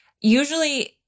usually